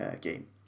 game